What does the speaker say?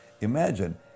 imagine